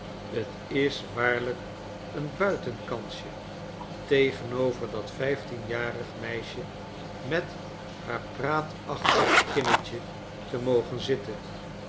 t is waarlijk een buitenskansje tegenover dat vijftienjarig meisje met haar praatachtig kinnetje te mogen zitten